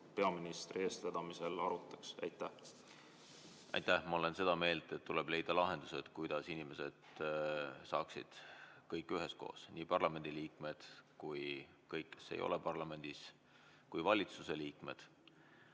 peaministri eestvedamisel arutaks? Aitäh! Ma olen seda meelt, et tuleb leida lahendused, kuidas inimesed saaksid kõik üheskoos, nii parlamendiliikmed kui ka kõik, kes ei ole parlamendis, valitsuse liikmed,